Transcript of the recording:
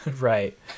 Right